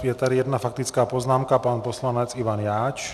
Je tady jedna faktická poznámka, pan poslanec Ivan Jáč.